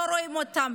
לא רואים אותם.